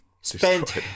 spent